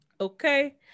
Okay